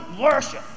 worship